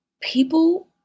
People